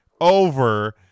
over